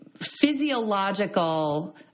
physiological